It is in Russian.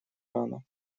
рано